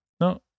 No